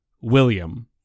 William